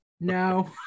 no